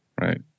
right